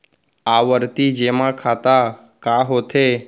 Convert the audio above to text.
आवर्ती जेमा खाता का होथे?